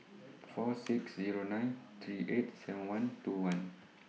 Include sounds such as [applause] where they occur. four six Zero nine three eight seven one two one [noise]